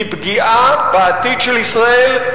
היא פגיעה בעתיד של ישראל,